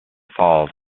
falls